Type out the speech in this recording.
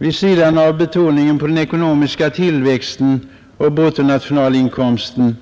Vid sidan av betoningen av den ekonomiska tillväxten och bruttonationalinkomsten,